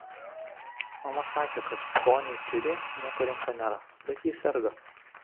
mama sakė kad poniai kiuri nieko rimto nėra bet ji serga